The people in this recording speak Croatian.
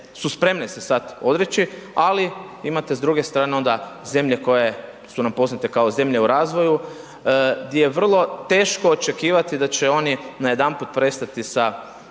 su spremne se sad odreći, ali imate s druge strane onda zemlje koje su nam poznate kao zemlje u razvoju gdje vrlo teško očekivati da će oni najedanput prestati sa,